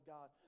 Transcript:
God